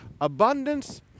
Abundance